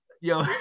Yo